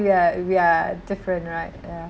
ya we are different right ya